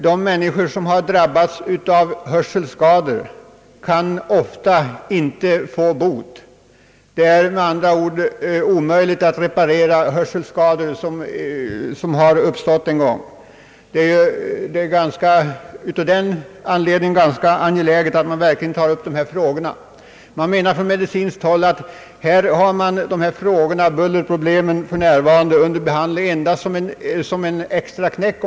De människor som har drabbats av hörselskador kan ofta inte få bot. Det är med andra ord omöjligt att reparera hörselskador som en gång har uppstått. Det är enbart av den anledningen ganska angeläget att man verkligen tar upp dessa frågor. Från medicinskt håll framhålles att dessa bullerproblem för närvarande endast behandlas såsom »extraknäck».